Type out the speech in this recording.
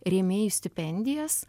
rėmėjų stipendijas